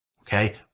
Okay